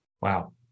Wow